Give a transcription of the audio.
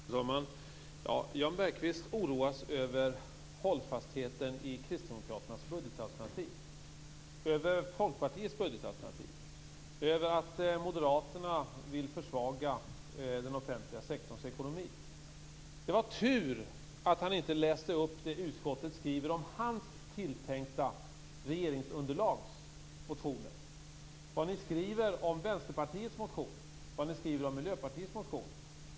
Fru talman! Jan Bergqvist oroar sig över hållfastheten i kristdemokraternas budgetalternativ, över Folkpartiets budgetalternativ och över att moderaterna vill försvaga den offentliga sektorns ekonomi. Det var tur att han inte läste upp det utskottet skriver om hans tilltänkta regeringsunderlags motioner, det som skrivs om Vänsterpartiets motion och om Miljöpartiets motion.